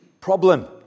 problem